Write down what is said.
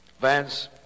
Vance